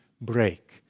break